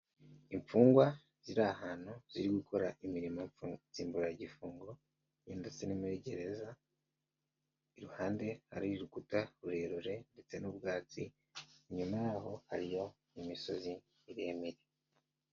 Imfungwa ziri ahantu ziri gukora imirimo nsimburagifungo ndetse no muri gereza, iruhande hariho urukuta rurerure ndetse n'ubwatsi, inyuma yaho hariyo imisozi miremire.